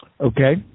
Okay